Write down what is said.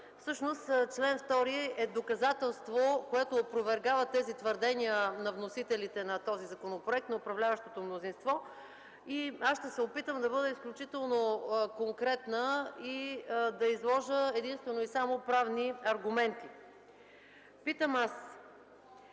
Всъщност чл. 2 е доказателство, което опровергава тези твърдения – на вносителите на този законопроект, на управляващото мнозинство. Ще се опитам да бъда изключително конкретна и да изложа единствено и само правни аргументи. Аз